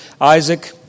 Isaac